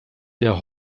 der